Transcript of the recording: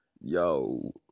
yo